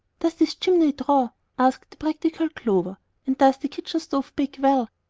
does this chimney draw? asked the practical clover and does the kitchen stove bake well?